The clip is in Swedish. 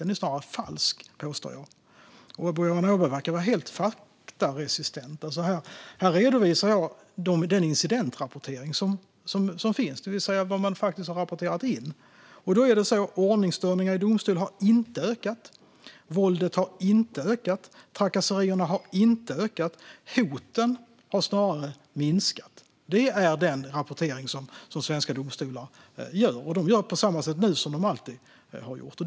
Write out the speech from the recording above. Den är snarare falsk, påstår jag, och Boriana Åberg verkar vara helt faktaresistent. Här redovisar jag den incidentrapportering som finns, det vill säga vad man faktiskt har rapporterat in. Enligt den har ordningsstörningarna i domstol inte ökat. Våldet har inte ökat. Trakasserierna har inte ökat. Hoten har snarare minskat. Det är den rapportering som svenska domstolar gör, och de gör på samma sätt nu som de alltid har gjort.